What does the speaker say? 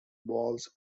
bowls